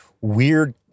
weird